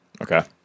Okay